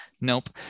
Nope